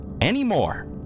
anymore